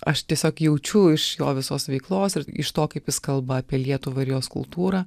aš tiesiog jaučiu iš jo visos veiklos ir iš to kaip jis kalba apie lietuvą ir jos kultūrą